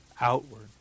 outward